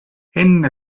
enne